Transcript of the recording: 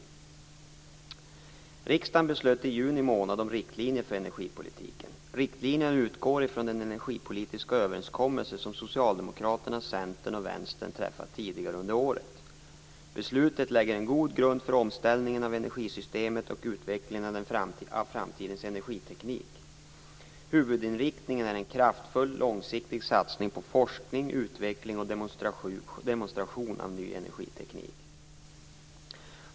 Riksdagen beslöt i juni månad om riktlinjer för energipolitiken. Riktlinjerna utgår från den energipolitiska överenskommelse som Socialdemokraterna, Centern och Vänstern träffat tidigare under året. Beslutet lägger en god grund för omställningen av energisystemet och utvecklingen av framtidens energiteknik. Huvudinriktningen är en kraftfull långsiktig satsning på forskning, utveckling och demonstration av ny energiteknik.